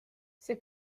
see